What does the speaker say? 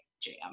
jam